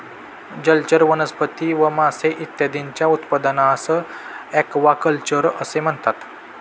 जलचर वनस्पती व मासे इत्यादींच्या उत्पादनास ॲक्वाकल्चर असे म्हणतात